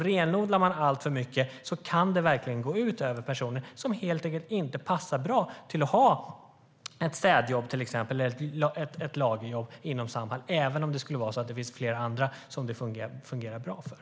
Renodlar man alltför mycket kan det verkligen gå ut över personer som helt enkelt inte passar för att ha till exempel ett städjobb eller ett lagerjobb inom Samhall, även om det fungerar bra för många andra.